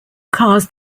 cars